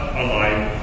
alive